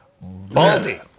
Baldy